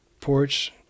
porch